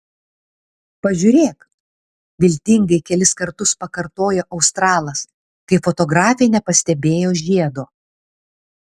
pažiūrėk viltingai kelis kartus pakartojo australas kai fotografė nepastebėjo žiedo